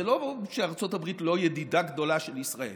זה לא שארצות הברית לא ידידה גדולה של ישראל,